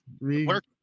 Work